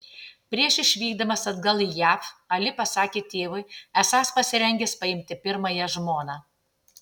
prieš išvykdamas atgal į jav ali pasakė tėvui esąs pasirengęs paimti pirmąją žmoną